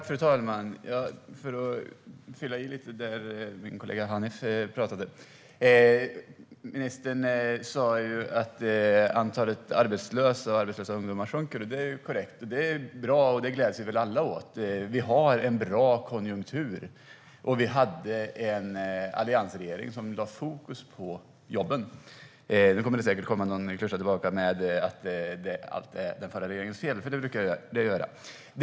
Fru talman! Jag vill fylla i lite beträffande det min kollega Hanif pratade om. Ministern sa att antalet arbetslösa ungdomar sjunker, och det är korrekt. Det är bra, och det gläds vi väl alla åt. Vi har en bra konjunktur, och vi hade en alliansregering som lade fokus på jobben. Men nu kommer det säkert någon klyscha tillbaka om att det var den förra regeringens fel, för det brukar det göra.